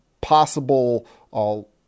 possible